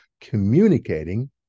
communicating